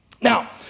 Now